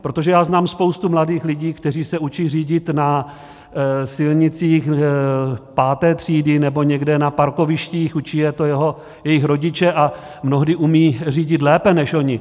Protože já znám spoustu mladých lidí, kteří se učí řídit na silnicích páté třídy nebo někde na parkovištích, učí je to jejich rodiče a mnohdy umí řídit lépe než oni.